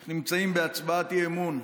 אנחנו נמצאים בהצבעת אי-אמון,